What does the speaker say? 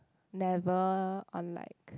never on like